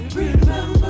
remember